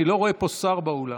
אני לא רואה פה שר באולם.